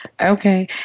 Okay